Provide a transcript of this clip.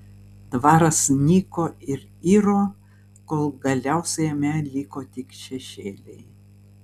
dvaras nyko ir iro kol galiausiai jame liko tik šešėliai